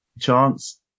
chance